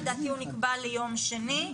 לדעתי הוא נקבע ליום שני.